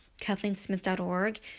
KathleenSmith.org